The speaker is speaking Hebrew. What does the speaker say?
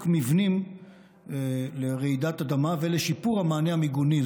מבנים לרעידת אדמה ולשיפור המענה המיגוני.